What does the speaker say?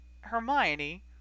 Hermione